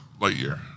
Lightyear